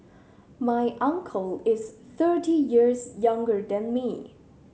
my uncle is thirty years younger than me